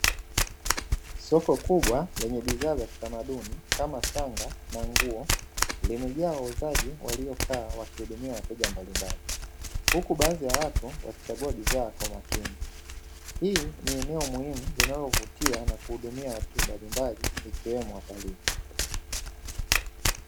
Soko kubwa lenye bidhaa za kitamaduni kama shanga na nguo, limejaa wauzaji waliokaa wakihudumia wateja mbalimbali huku baadhi ya watu wakichagua bidhaa kwa makini. Hii ni eneo muhimu linalovutia na kuhudumia watu mbalimbali ikiwemo watalii.